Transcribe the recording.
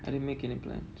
I didn't make any plans